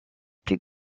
plus